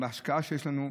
בהשקעה שלנו.